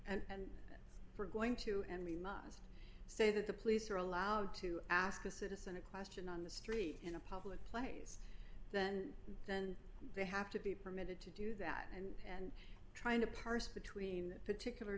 and we're going to and we must say that the police are allowed to ask a citizen a question on the street in a public place then then they have to be permitted to do that and trying to parse between that particular